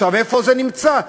איפה זה נמצא?